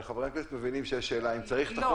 חברי הכנסת מבינים שהשאלה אם צריך את החוק,